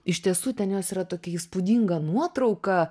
iš tiesų ten jos yra tokia įspūdinga nuotrauka